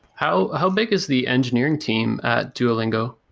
how how big is the engineering team at duolingo?